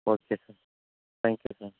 okay sir thank you sir